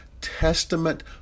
Testament